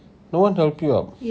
no one help you up